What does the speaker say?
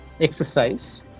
exercise